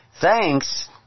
Thanks